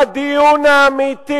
הדיון האמיתי